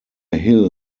hill